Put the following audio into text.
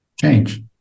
change